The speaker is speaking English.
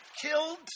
killed